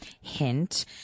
hint